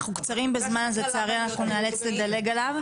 אנחנו קצרים בזמן, לצערי, אז נאלץ לדלג עליו.